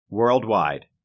Worldwide